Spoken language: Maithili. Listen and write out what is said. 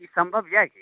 ई सम्भव यए की